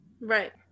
Right